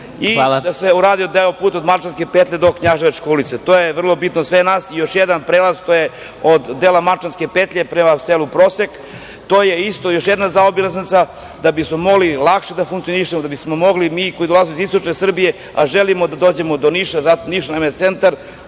i da se uradi deo puta od Malčanske petlje do Knjaževačke ulice. To je vrlo bitno za sve nas i još jedan prelaz, to je od dela Mačvanske petlje prema selu Prosek. To je isto još jedna zaobilaznica da bismo mogli lakše da funkcionišemo, da bismo mogli mi koji dolazimo iz istočne Srbije, a želimo da dođemo do Niša, Niš nam je centar,